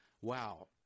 Wow